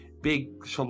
big